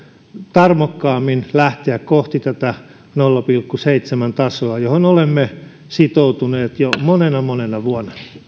tarmokkaammin lähteä kohti tätä nolla pilkku seitsemän tasoa johon olemme sitoutuneet jo monena monena vuonna